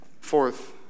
fourth